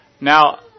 Now